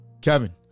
Kevin